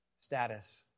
status